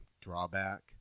drawback